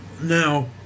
Now